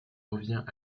revient